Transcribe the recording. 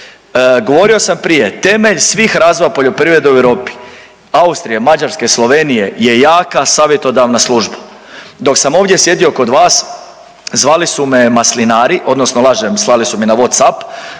Govorio sam prije, temelj svih razvoja poljoprivrede u Europi, Austrije, Mađarske, Slovenije je jaka savjetodavna služba. Dok sam ovdje sjedio kod vas, zvali su me maslinari, odnosno lažem, slali su mi na Whatsapp,